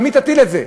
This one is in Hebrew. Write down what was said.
על מי תטיל את זה?